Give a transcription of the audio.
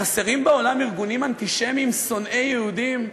החסרים בעולם ארגונים אנטישמיים שונאי יהודים,